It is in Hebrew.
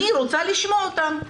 אני רוצה לשמוע אותם.